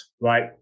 Right